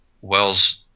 Wells